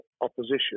opposition